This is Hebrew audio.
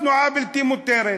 "תנועה בלתי-מותרת".